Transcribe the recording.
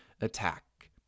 attack